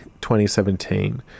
2017